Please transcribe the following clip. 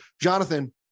Jonathan